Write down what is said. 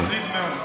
זה דבר מטריד מאוד.